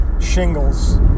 Shingles